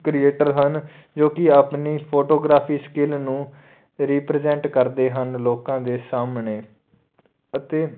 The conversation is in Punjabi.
ਕ੍ਰੀਏਟਰ ਹਨ ਜੋ ਕਿ ਆਪਣੀ ਫੋਟੋਗ੍ਰਾਫੀ ਸਕਿਲ ਨੂੰ ਰੀਪ੍ਰਜੈਂਟ ਕਰਦੇ ਹਨ ਲੋਕਾਂ ਦੇ ਸਾਹਮਣੇ ਅਤੇ